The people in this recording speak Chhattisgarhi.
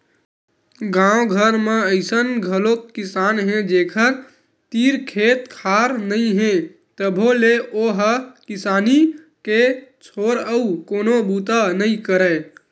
गाँव घर म अइसन घलोक किसान हे जेखर तीर खेत खार नइ हे तभो ले ओ ह किसानी के छोर अउ कोनो बूता नइ करय